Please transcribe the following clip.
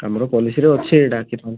ଆମର ପଲିସିରେ ଅଛି ଏଇଟା କି ପାଞ୍ଚ